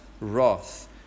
wrath